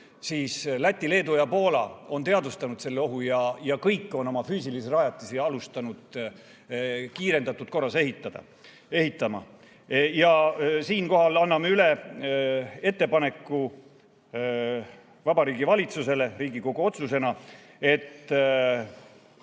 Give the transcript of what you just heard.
siis Läti, Leedu ja Poola on teadvustanud seda ohtu ja kõik on asunud oma füüsilisi rajatisi kiirendatud korras välja ehitama. Siinkohal anname üle ettepaneku Vabariigi Valitsusele Riigikogu otsusena, et